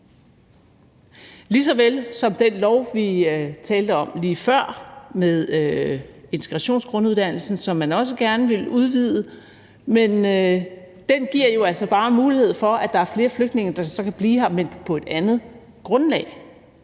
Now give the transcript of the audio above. ligesom med den lov, vi talte om lige før, med integrationsgrunduddannelsen, som man også gerne vil udvide, men som jo altså bare giver mulighed for, at der er flere flygtninge, der så kan blive her, men på et andet grundlag.